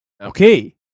Okay